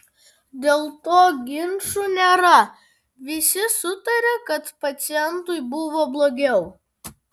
dėl to ginčų nėra visi sutaria kad pacientui buvo blogiau